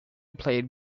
played